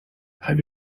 have